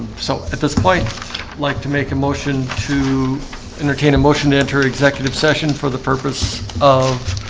so at this point like to make a motion to entertain a motion to enter executive session for the purpose of